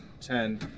Ten